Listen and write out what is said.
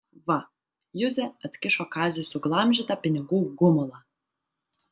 va juzė atkišo kaziui suglamžytą pinigų gumulą